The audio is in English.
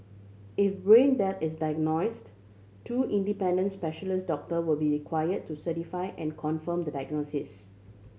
if brain death is diagnosed two independent specialist doctor will be require to certify and confirm the diagnosis